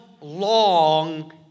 long